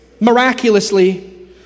miraculously